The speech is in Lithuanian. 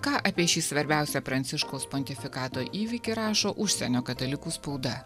ką apie šį svarbiausią pranciškaus pontifikato įvykį rašo užsienio katalikų spauda